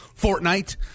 fortnite